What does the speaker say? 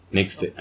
Next